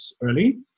early